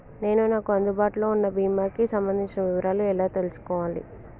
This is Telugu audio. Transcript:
నేను నాకు అందుబాటులో ఉన్న బీమా కి సంబంధించిన వివరాలు ఎలా తెలుసుకోవాలి?